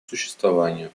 существованию